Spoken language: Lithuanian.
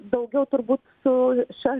daugiau turbūt su šia